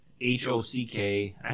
H-O-C-K